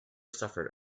suffered